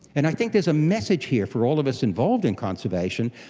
and i think there's a message here for all of us involved in conservation,